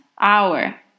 Hour